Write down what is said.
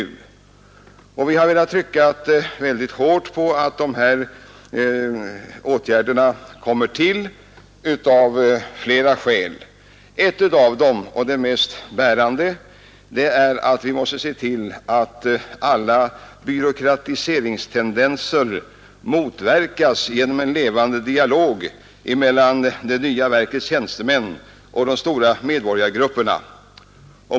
Vi har av flera skäl velat trycka mycket hårt på att dessa åtgärder vidtas. Det mest bärande skälet är att vi måste se till att alla byråkratiseringstendenser motverkas genom en levande dialog mellan det nya verkets tjänstemän och de stora medborgargrupperna.